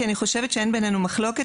כי אני חושבת שאין ביננו מחלוקת,